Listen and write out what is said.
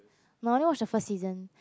but I only watch the first season